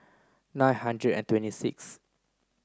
nine hundred and twenty sixth